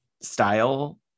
style